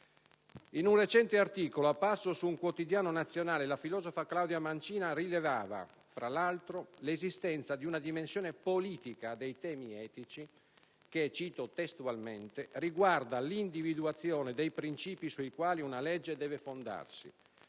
In un recente articolo apparso su un quotidiano nazionale la filosofa Claudia Mancina rilevava, tra l'altro, l'esistenza di una dimensione politica dei temi etici che -cito testualmente - «riguarda l'individuazione dei princìpi sui quali una legge deve fondarsi,